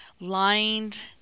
lined